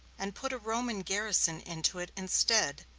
and put a roman garrison into it instead,